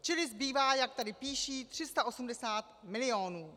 Čili zbývá, jak tady píší, 380 milionů.